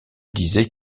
disait